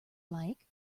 like